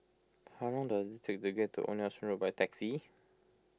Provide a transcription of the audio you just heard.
how long does it take to get to Old Nelson Road by taxi